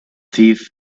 thief